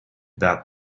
that